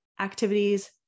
activities